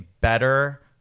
better